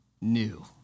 New